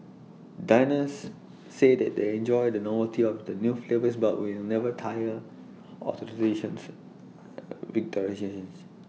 diners say that they enjoy the novelty of the new flavours but will never tire of the relations